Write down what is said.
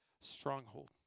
stronghold